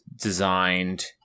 designed